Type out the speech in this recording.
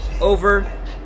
over